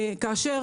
כאשר